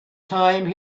time